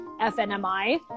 fnmi